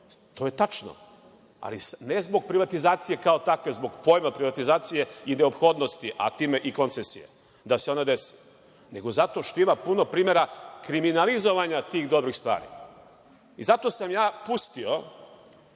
To je tačno, ali ne zbog privatizacije kao takve, zbog pojma privatizacije i neophodnosti, a time i koncesije, da se ona desila, nego zato što ima puno primera kriminalizovanja tih dobrih stvari. Zato sam ja pustio